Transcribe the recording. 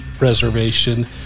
reservation